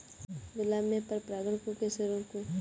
गुलाब में पर परागन को कैसे रोकुं?